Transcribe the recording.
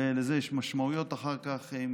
ולזה יש משמעויות אחר כך.